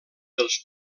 dels